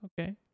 okay